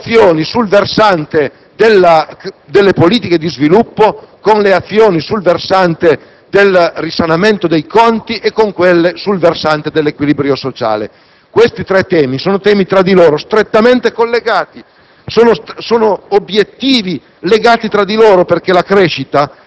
È necessario tornare a unire le azioni sul versante delle politiche di sviluppo alle azioni sul versante del risanamento dei conti, oltre che a quelle sul versante dell'equilibrio sociale. Questi tre temi sono tra loro strettamente collegati.